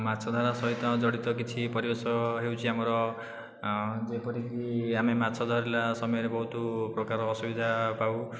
ମାଛ ଧରା ସହିତ ଜଡ଼ିତ କିଛି ପରିବେଶ ହେଉଛି ଆମର ଯେପରିକି ଆମେ ମାଛ ଧରିଲା ସମୟରେ ବହୁତ ପ୍ରକାର ଅସୁବିଧା ପାଉ